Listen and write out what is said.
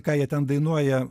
ką jie ten dainuoja